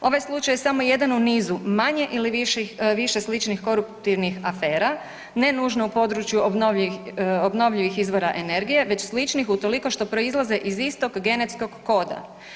Ovaj slučaj je samo jedan u nizu manjih ili više sličnih koruptivnih afera ne nužno u području obnovljivih izvora energije, već sličnih utoliko što proizlaze iz istog genetskog koda.